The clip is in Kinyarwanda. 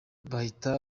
bahita